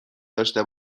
داشته